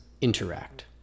interact